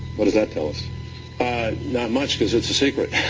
what does that tell us? and not much, cause it's a secret.